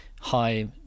high